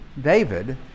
David